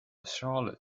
charlotte